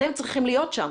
אתם צריכים להיות שם.